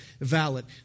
valid